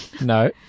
No